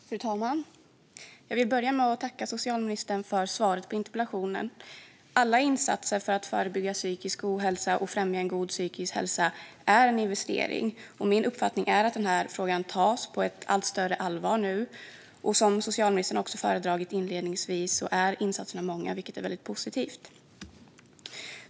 Fru talman! Jag vill börja med att tacka socialministern för svaret på interpellationen. Alla insatser för att förebygga psykisk ohälsa och främja en god psykisk hälsa är en investering. Min uppfattning är att den här frågan tas på allt större allvar, och som socialministern inledningsvis föredrog är insatserna många, vilket är positivt.